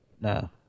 No